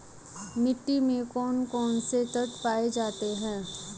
मिट्टी में कौन कौन से तत्व पाए जाते हैं?